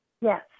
Yes